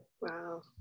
Wow